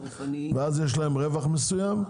ואז יש להם רווח מסוים,